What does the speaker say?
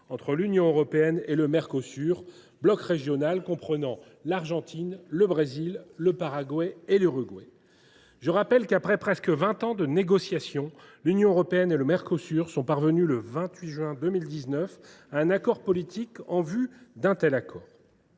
entre l’Union européenne et le Mercosur, bloc régional comprenant l’Argentine, le Brésil, le Paraguay et l’Uruguay. Je rappelle qu’après presque vingt ans de négociations l’Union européenne et le Mercosur sont parvenus, le 28 juin 2019, à un accord politique en vue d’un tel accord.